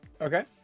okay